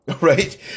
right